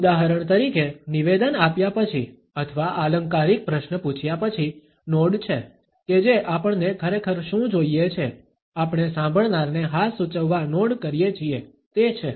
ઉદાહરણ તરીકે નિવેદન આપ્યા પછી અથવા આલંકારિક પ્રશ્ન પૂછ્યા પછી નોડ છે કે જે આપણને ખરેખર શું જોઈએ છે આપણે સાંભળનારને હા સૂચવવા નોડ કરીએ છીએ તે છે